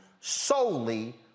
solely